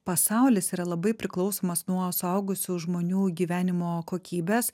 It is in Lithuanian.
pasaulis yra labai priklausomas nuo suaugusių žmonių gyvenimo kokybės